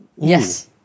Yes